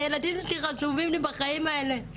הילדים שלי חשובים לי בחיים האלה,